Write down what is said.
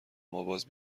ماباز